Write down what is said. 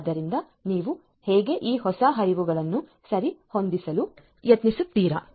ಆದ್ದರಿಂದ ನೀವು ಹೇಗೆ ಈ ಹೊಸ ಹರಿವನ್ನು ಸರಿಹೊಂದಿಸಲು ಯತ್ನಿಸುತ್ತೀರಾ